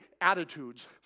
attitudes